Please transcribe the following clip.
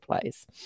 plays